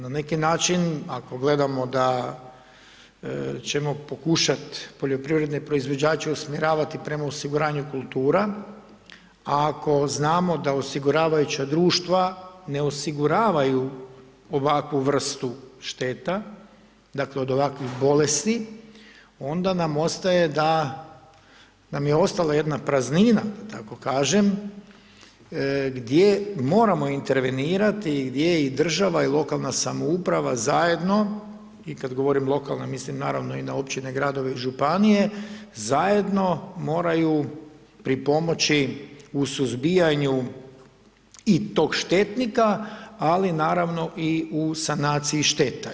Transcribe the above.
Na neki način ako gledamo da ćemo pokušat poljoprivredne proizvođače usmjeravati prema osiguranju kultura, a ako znamo da osiguravajuća društva ne osiguravaju ovakvu vrstu šteta, dakle od ovakvih bolesti onda nam ostaje da nam je ostala jedna praznina da tako kažem gdje moramo intervenirati i gdje i država i lokalna samouprava zajedno i kad govorim lokalna mislim naravno i na općine, gradove i županije, zajedno moraju pripomoći u suzbijanju i tog štetnika, ali naravno i u sanaciji šteta.